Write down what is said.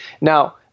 Now